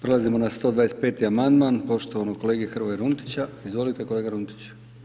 Prelazimo na 125 amandman poštovanog kolege Hrvoja Runtića, izvolite kolega Runtić.